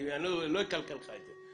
אני לא אקלקל לך את זה.